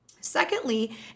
Secondly